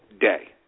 day